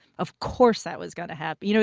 of course that was gonna happen. you know